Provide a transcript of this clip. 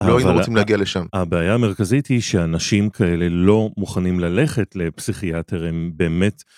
אבל הבעיה המרכזית היא שאנשים כאלה לא מוכנים ללכת לפסיכיאטר הם באמת.